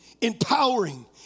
empowering